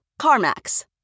CarMax